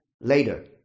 later